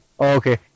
okay